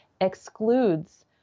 excludes